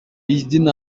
биздин